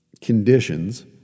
conditions